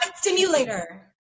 simulator